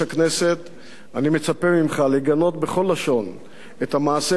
אני מצפה ממך לגנות בכל לשון את המעשה הבלתי ראוי הזה,